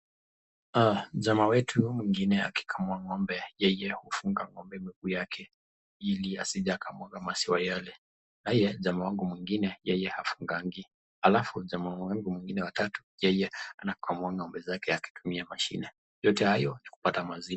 Jamaa wetu mwingine akikamua ng'ombe yeye hufunga ng'ombe mguu yake ili asije akamwage maziwa yale. Naye jamaa wangu mwingine yeye hafungangi. Alafu jamaa wangu mwingine wa tatu yeye anakamua ng'ombe zake akitumia mashine. Yote hayo ni kupata maziwa.